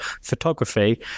Photography